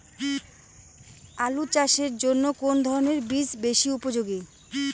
আলু চাষের জন্য কোন ধরণের বীজ বেশি উপযোগী?